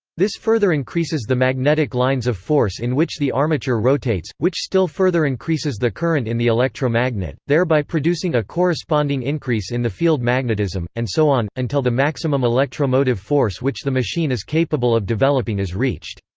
this further increases the magnetic lines of force in which the armature rotates, which still further increases the current in the electromagnet, thereby producing a corresponding increase in the field magnetism, and so on, until the maximum electromotive force which the machine is capable of developing is reached.